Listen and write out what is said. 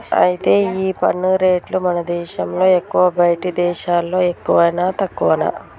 అయితే ఈ పన్ను రేట్లు మన దేశంలో ఎక్కువా బయటి దేశాల్లో ఎక్కువనా తక్కువనా